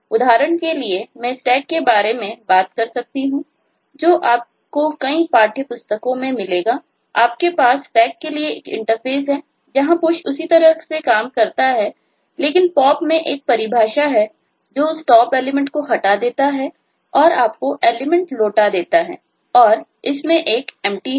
उदाहरण के लिए मैं Stack के बारे में बात कर सकता हूं जो आपको कई पाठ्य पुस्तकों में मिलेगा आपके पास Stack के लिए एक इंटरफ़ेस है जहां Push उसी तरह से काम करता है लेकिन Pop में एक परिभाषा है जो उस Top एलिमेंट को हटा देता है और आपको एलिमेंट लौटा देता है और इसमें एक Empty है